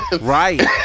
right